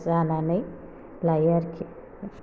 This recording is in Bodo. जानानै लायो आरोखि